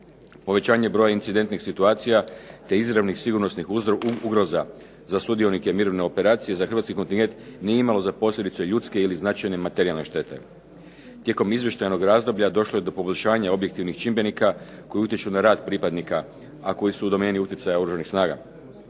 Povećanje broja incidentnih situacija te izravnih sigurnosnih ugroza za sudionike mirovinske operacije za hrvatski kontingent nije imalo za posljedice ljudske ili značajne materijalne štete. Tijekom izvještajnog razdoblja došlo je do poboljšanja objektivnih čimbenika koji utječu na rad pripadnika, a koji su u domeni utjecaja Oružanih snaga.